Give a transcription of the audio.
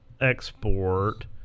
Export